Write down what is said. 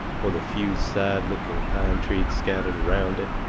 with a few sad-looking pine trees scattered around it,